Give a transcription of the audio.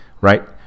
right